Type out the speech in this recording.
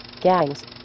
gangs